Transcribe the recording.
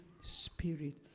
Spirit